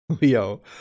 Leo